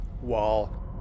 wall